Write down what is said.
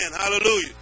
Hallelujah